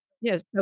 Yes